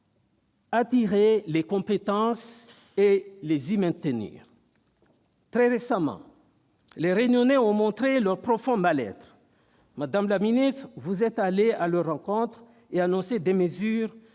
attirer les compétences et les y maintenir ? Très récemment, les Réunionnais ont montré leur profond mal-être. Madame la ministre, vous êtes allée à leur rencontre et avez annoncé des mesures,